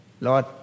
Lord